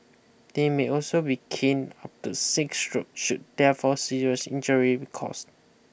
they may also be caned up to six strokes should death or serious injury be caused